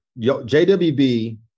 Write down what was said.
JWB